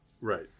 Right